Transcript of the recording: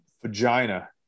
vagina